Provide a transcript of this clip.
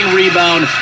rebound